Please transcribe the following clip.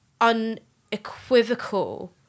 unequivocal